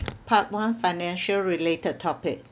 part one financial related topic